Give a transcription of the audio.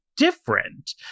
different